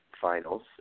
finals